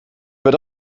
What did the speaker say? wird